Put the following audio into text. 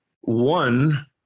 One